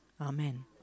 Amen